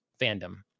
fandom